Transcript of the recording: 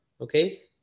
okay